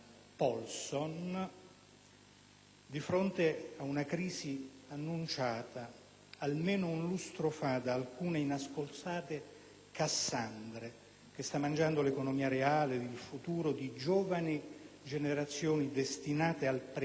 di fronte ad una crisi annunciata almeno un lustro fa da alcune inascoltate cassandre, che sta mangiando l'economia reale ed il futuro di giovani generazioni destinate al precariato perenne,